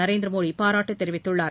நரேந்திர மோடி பாராட்டு தெரிவித்துள்ளார்